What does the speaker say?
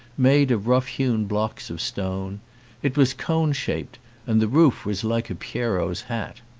made of rough-hewn blocks of stone it was cone shaped and the roof was like a pierrot's hat.